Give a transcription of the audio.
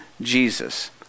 Jesus